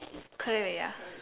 可以 already ah